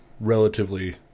relatively